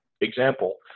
example